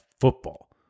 football